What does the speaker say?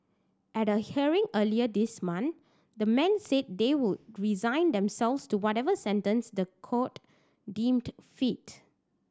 at a hearing earlier this month the men said they would resign themselves to whatever sentence the court deemed fit